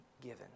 given